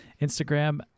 instagram